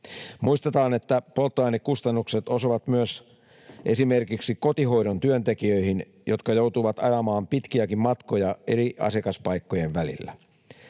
Muistetaan, että polttoainekustannukset osuvat myös esimerkiksi kotihoidon työntekijöihin, jotka joutuvat ajamaan pitkiäkin matkoja eri asiakaspaikkojen välillä.